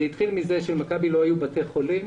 זה התחיל מזה שלמכבי לא היו בתי חולים